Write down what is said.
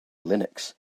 linux